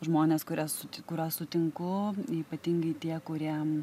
žmonės kurias su kuriuos sutinku ypatingai tie kuriem